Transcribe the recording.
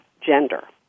gender